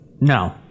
No